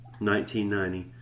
1990